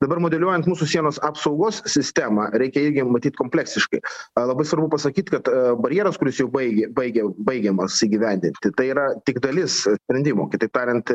dabar modeliuojant mūsų sienos apsaugos sistemą reikia irgi matyt kompleksiškai labai svarbu pasakyt kad barjeras kuris jau baigia baigia baigiamas įgyvendinti tai yra tik dalis sprendimų kitaip tariant